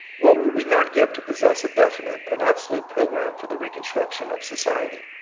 what would we not give to possess a definite and absolute program for the re construction of society?